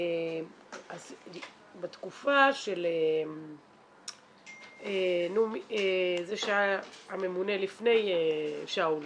בתקופה של זה שהיה הממונה לפני שאול,